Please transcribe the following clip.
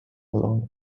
alone